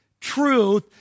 truth